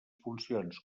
funcions